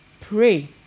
pray